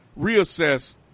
reassess